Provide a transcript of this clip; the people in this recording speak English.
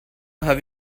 have